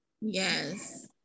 Yes